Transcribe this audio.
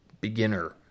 beginner